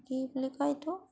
কি বুলি কয় এইটো